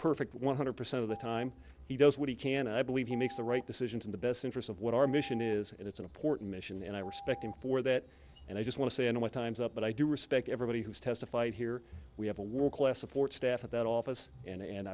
perfect one hundred percent of the time he does what he can and i believe he makes the right decisions in the best interest of what our mission is and it's an important mission and i respect him for that and i just want to say and what time's up but i do respect everybody who's testified here we have a world class support staff at that office and